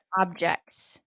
objects